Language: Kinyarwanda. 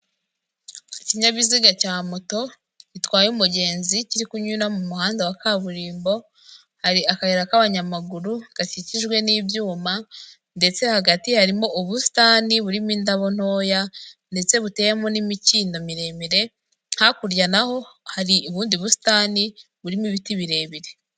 Ikinyabiziga cya moto gitwaye umugenzi, kiri kunyura mu muhanda wa kaburimbo, hari akayira k'abanyamaguru gakikijwe n'ibyuma ndetse hagati harimo ubusitani burimo indabo ntoya, ndetse buteyemo n'imikindo miremire. Hakurya na ho hari ubundi busitani burimo ibiti birebire.